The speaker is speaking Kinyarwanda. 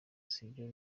sibyo